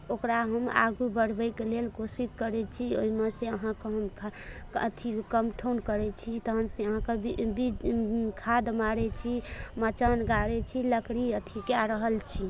ओकरा हम आगू बढ़बयके लेल कोशिश करै छी ओहिमे से अहाँकेँ हम से अथि कमठौन करै छी तहन फेर अहाँकेँ बीज खाद मारै छी मचान गाड़ै छी लकड़ी अथि कए रहल छी